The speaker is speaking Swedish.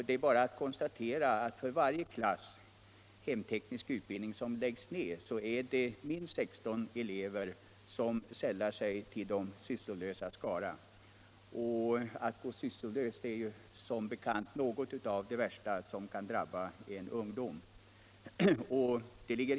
Det är bara att konstatera att det, för varje klass hemteknisk utbildning som läggs ned, är minst 16 elever som sällar sig till de sysslolösas skara. Att gå sysslolös är, som bekant, något av det värsta som kan drabba en ung människa.